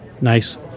nice